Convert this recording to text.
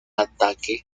ataque